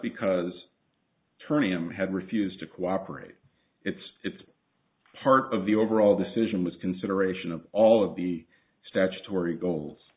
because ternium had refused to cooperate it's it's part of the overall decision was consideration of all of the statutory goals